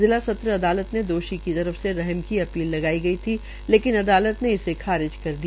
जिला सत्र अदालत में दोषी की तर फ से रहम की अपील लगाई थी कि लेकिन अदालत ने इसे खारिज कर दिया